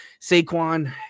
Saquon